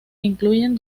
incluyen